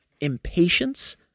Impatience